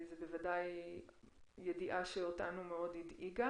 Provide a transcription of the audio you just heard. זו בוודאי ידיעה שאותנו מאוד הדאיגה.